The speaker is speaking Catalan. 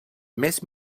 més